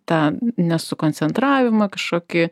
tą ne sukoncentravimą kažkokį